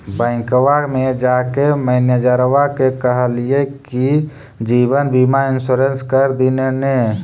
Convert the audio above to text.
बैंकवा मे जाके मैनेजरवा के कहलिऐ कि जिवनबिमा इंश्योरेंस कर दिन ने?